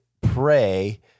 pray